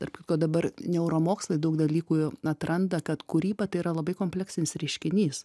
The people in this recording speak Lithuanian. tarp kitko dabar neuromokslai daug dalykų atranda kad kūryba tai yra labai kompleksinis reiškinys